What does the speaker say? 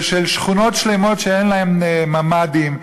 של שכונות שלמות שאין להן ממ"דים.